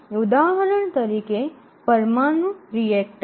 ઉદાહરણ તરીકે પરમાણુ રિએક્ટર